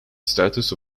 status